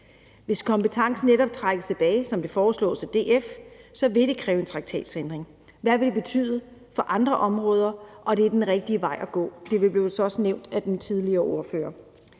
Hvis kompetencen netop trækkes tilbage, som det foreslås af DF, vil det kræve en traktatændring, og hvad ville det betyde for andre områder, og er det den rigtige vej at gå? Det blev også nævnt af den forrige ordfører.